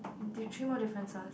three more differences